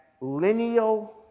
lineal